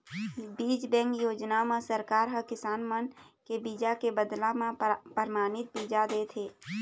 बीज बेंक योजना म सरकार ह किसान मन के बीजा के बदला म परमानित बीजा देथे